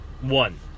One